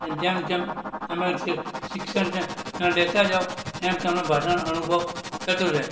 અને જેમ જેમ તમે તે શિક્ષણ છે તેને લેતા જાઓ એમ તમને ભાષાનો અનુભવ થતો જાય